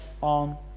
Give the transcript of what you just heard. on